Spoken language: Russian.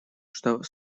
что